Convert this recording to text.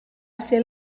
ser